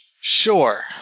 Sure